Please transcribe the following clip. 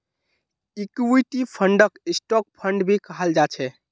equity फंडक stock fund भी कहाल जा छे